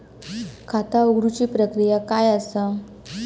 खाता उघडुची प्रक्रिया काय असा?